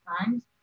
times